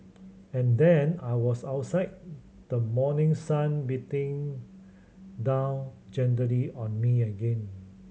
and then I was outside the morning sun beating down gently on me again